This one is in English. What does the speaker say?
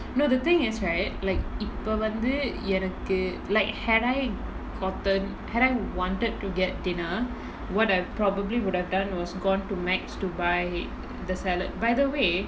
no the thing is right like இப்ப வந்து எனக்கு:ippa vanthu enakku like had I gotten like had I wanted to get dinner what I probably would have done was gone to MacDonald's to buy it the salad by the way